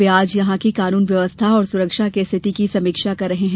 वे आज यहां राज्य की कानून व्यवस्था और सुरक्षा की रिथति की समीक्षा कर रहे हैं